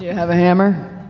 yeah have a hammer?